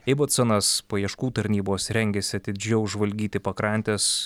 ibuconas paieškų tarnybos rengiasi atidžiau žvalgyti pakrantes